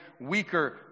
weaker